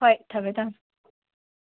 ꯍꯣꯏ ꯊꯝꯃꯦ ꯊꯝꯃꯦ